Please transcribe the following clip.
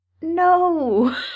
no